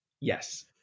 Yes